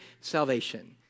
salvation